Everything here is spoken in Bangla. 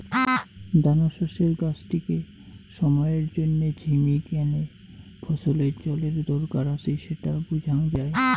দানাশস্যের গাছটিকে সময়ের জইন্যে ঝিমি গ্যানে ফছলের জলের দরকার আছি স্যাটা বুঝাং যাই